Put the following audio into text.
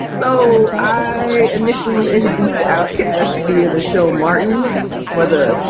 so i initially was introduced to outcasts via the show, martin for the.